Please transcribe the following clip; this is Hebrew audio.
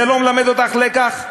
זה לא מלמד אותך לקח?